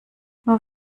nur